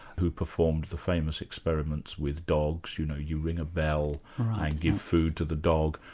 who performed the famous experiments with dogs, you know, you ring a bell and give food to the dog,